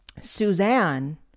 suzanne